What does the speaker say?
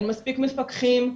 אין מספיק מפקחים,